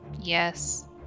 yes